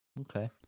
Okay